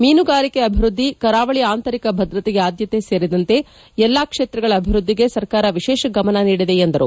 ಮೀನುಗಾರಿಕೆ ಅಭಿವೃದ್ಧಿ ಕರಾವಳಿ ಆಂತರಿಕ ಭದ್ರತೆಗೆ ಆದ್ಯತೆ ಸೇರಿದಂತೆ ಎಲ್ಲಾ ಕ್ಷೇತ್ರಗಳ ಅಭಿವೃದ್ಧಿಗೆ ಸರಕಾರ ವಿಶೇಷ ಗಮನ ನೀಡಿದೆ ಎಂದರು